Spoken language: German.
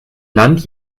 land